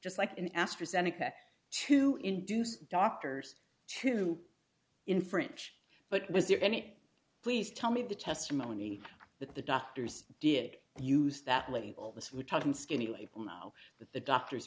just like in astra zeneca to induce doctors to infringe but was there any please tell me the testimony that the doctors did use that label this we're talking skinny people know that the doctors